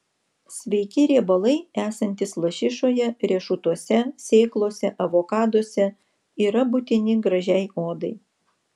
sveiki riebalai esantys lašišoje riešutuose sėklose avokaduose yra būtini gražiai odai